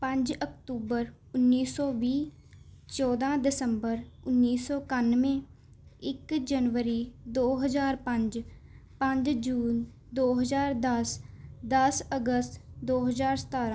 ਪੰਜ ਅਕਤੂਬਰ ਉੱਨੀ ਸੌ ਵੀਹ ਚੌਦ੍ਹਾਂ ਦਸੰਬਰ ਉੱਨੀ ਸੌ ਇਕਾਨਵੇਂ ਇੱਕ ਜਨਵਰੀ ਦੋ ਹਜ਼ਾਰ ਪੰਜ ਪੰਜ ਜੂਨ ਦੋ ਹਜ਼ਾਰ ਦਸ ਦਸ ਅਗਸਤ ਦੋ ਹਜ਼ਾਰ ਸਤਾਰ੍ਹਾਂ